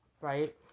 right